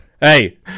Hey